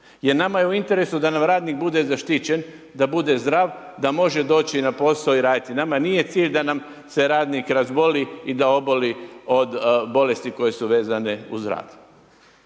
jer nama je u interesu da nam radnik bude zaštićen, da bude zdrav, da može doći na posao i raditi, nama nije cilj da nam se radnik razboli i oboli od bolesti koje su vezane uz rad.